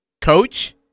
coach